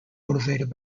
motivated